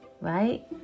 Right